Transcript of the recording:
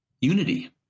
unity